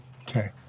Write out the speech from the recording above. Okay